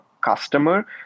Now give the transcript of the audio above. customer